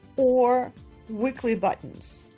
or weekly buttons,